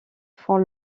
font